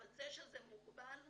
אבל זה שזה מוגבל,